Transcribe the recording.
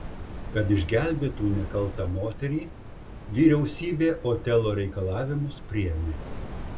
kad išgelbėtų nekaltą moterį vyriausybė otelo reikalavimus priėmė